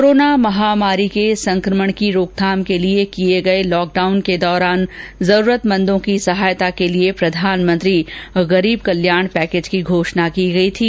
corona महामारी के संक्रमण की रोकथाम के लिए किए गए लॉकडाउन के दौरान जरूरतमंदों की सहायता के लिए प्रधानमंत्री गरीब कल्याण पैकेज की घोषणा की गई थी